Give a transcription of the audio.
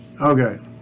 Okay